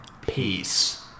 peace